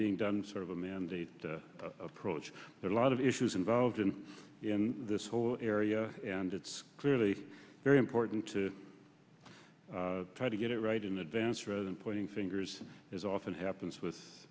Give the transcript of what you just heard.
being done sort of a mandate approach but a lot of issues involved in this whole area and it's clearly very important to try to get it right in advance rather than pointing fingers as often happens with